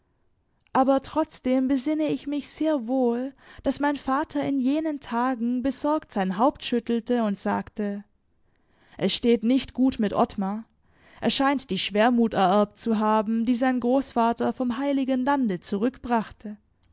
aber trotzdem besinne ich mich sehr wohl daß mein vater in jenen tagen besorgt sein haupt schüttelte und sagte es steht nicht gut mit ottmar er scheint die schwermut ererbt zu haben die sein großvater vom heiligen lande